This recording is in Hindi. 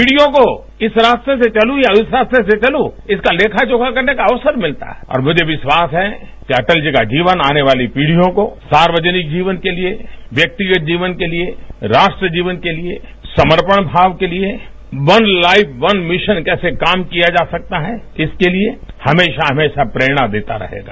पीढियो को इस रास्ते से चलूं या उस रास्ते से चलूं इसका लेखा जोखा करने का अवसर मिलता है और मुझे विश्वास है कि अटल जी का जीवन आने वाली पीढियों को सार्वजनिक जीवन के लिए व्यक्ति के जीवन के लिए राष्ट्र जीवन के लिए समर्पण भाव के लिए वन लाइफ वन मिशन कैसे काम किया जा सकता है इसके लिए हमेशा हमेशा प्रेरणा देता रहेगा